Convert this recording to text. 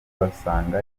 basanga